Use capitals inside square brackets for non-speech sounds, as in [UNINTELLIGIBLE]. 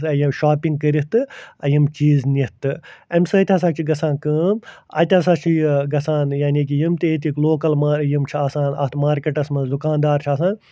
[UNINTELLIGIBLE] shopping کٔرِتھ تہٕ یِم چیٖز نِتھ تہٕ اَمہِ سۭتۍ ہسا چھِ گَژھان کٲم اَتہ ہسا چھُ یہِ گَژھان یعنی کہِ یِم تہِ ییٚتِکۍ لوکل ما یِم چھِ آسان اَتھ مارکٮ۪ٹس منٛز دُکاندار چھِ آسان